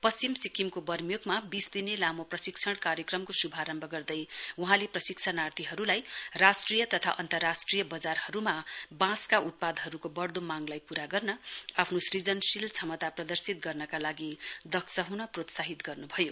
पश्चिम सिक्किमको बर्मियोकमा वीस दिने लामो प्रशिक्षण कार्यक्रमको शुभारम्भ गर्दै वहाँले प्रशिक्षणार्थीहरुलाई राष्ट्रिय तथा अन्तराष्ट्रिय वजारहरुमा बाँसका उत्पादहरुको वढ़दो मांगलाई पूरा गर्न आफ्नो सृजनशील क्षमता प्रदर्शित गर्नका लागि दक्ष हुन प्रोत्साहित गर्नुभयो